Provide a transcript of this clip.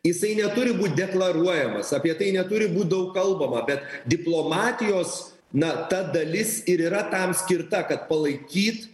jisai neturi būt deklaruojamas apie tai neturi būt daug kalbama bet diplomatijos na ta dalis ir yra tam skirta kad palaikyt